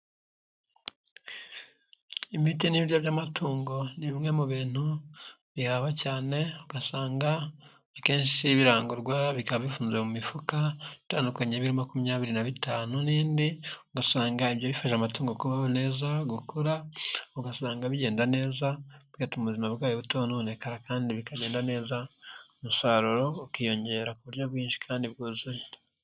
Imiti n'ibiryo by'amatungo ni bimwe mu bintu bihahwa cyane, ugasanga akenshi birangurwa bikaba bifunze mu mifuka itandukanye, y'ibiro makumyabiri na bitanu n'indi, ugasanga ibyo bifasha amatungo kubaho neza gukura, ugasanga bigenda neza, bigatuma ubuzima bwayo butononekara kandi bikagenda neza, umusaruro ukiyongera ku buryo bwinshi kandi bwuzuye.